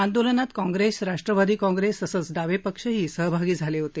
आंदोलनात काँप्रेस राष्ट्रवादी काँप्रेस तसंच डावे पक्षही सहभागी झाले होते